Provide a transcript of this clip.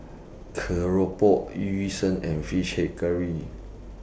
Keropok Yu Sheng and Fish Head Curry